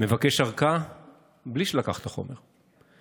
מבקש ארכה בלי שלקח את החומר,